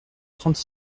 trente